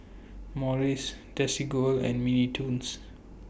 Morries Desigual and Mini Toons